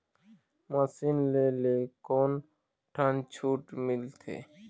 Machine ले ले कोन ठन छूट मिलथे?